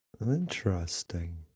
interesting